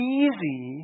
easy